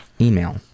email